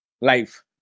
life